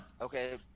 Okay